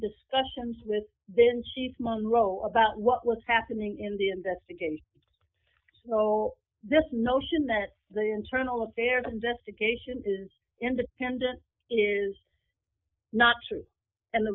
discussions with then chief munroe about what was happening in the investigation so this notion that the internal affairs investigation is independent is not true and the